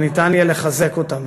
וניתן יהיה לחזק אותם.